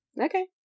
Okay